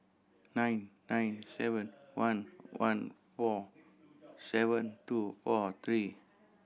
nine nine seven one one four seven two four three